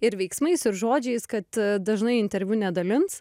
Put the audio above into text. ir veiksmais ir žodžiais kad dažnai interviu nedalins